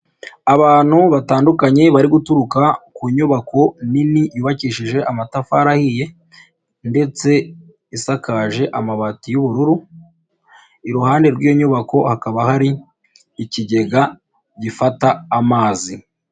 Abantu batandukanye bari guturuka ku nyubako nini yubakishije amatafari ahiye ndetse isakaje amabati y'ubururu, iruhande rw'iyo nyubako hakaba hari ikigega gifata amazi.